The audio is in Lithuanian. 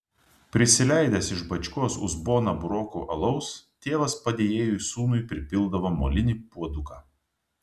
prisileidęs iš bačkos uzboną burokų alaus tėvas padėjėjui sūnui pripildavo molinį puoduką